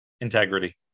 Integrity